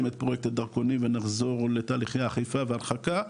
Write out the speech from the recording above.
את פרויקט הדרכונים ונחזור לתהליכי אכיפה והרחקה.